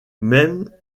même